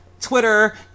Twitter